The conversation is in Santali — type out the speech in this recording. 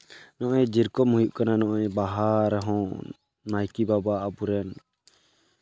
ᱱᱚᱜᱼᱚᱸᱭ ᱡᱮᱨᱚᱠᱚᱢ ᱦᱩᱭᱩᱜ ᱠᱟᱱᱟ ᱱᱚᱜᱼᱚᱸᱭ ᱵᱟᱦᱟ ᱨᱮᱦᱚᱸ ᱱᱟᱭᱠᱮ ᱵᱟᱵᱟ ᱟᱵᱚ ᱨᱮᱱ